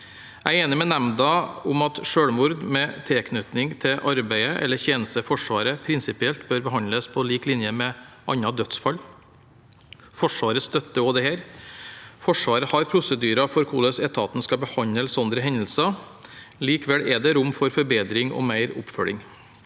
Jeg er enig med nemnda i at selvmord med tilknytning til arbeid eller tjeneste i Forsvaret prinsipielt bør behandles på lik linje med andre dødsfall. Forsvaret støtter også dette. Forsvaret har prosedyrer for hvordan etaten skal behandle sånne hendelser. Likevel er det rom for forbedring og mer oppfølging.